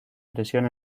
prisión